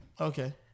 okay